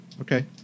Okay